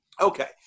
Okay